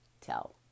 tell